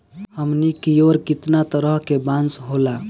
हमनी कियोर कितना तरह के बांस होला